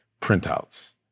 printouts